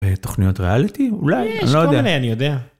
בתוכניות ריאליטי? אולי? אני לא יודע. יש כל מיני, אני יודע.